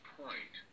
point